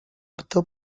optó